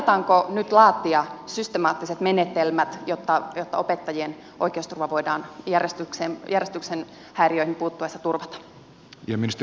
aiotaanko nyt laatia systemaattiset menetelmät jotta opettajien oikeusturva voidaan järjestyksen häiriöihin puututtaessa turvata